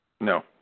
No